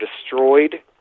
destroyed